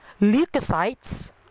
leukocytes